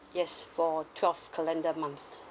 yes for twelve calendar month